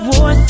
War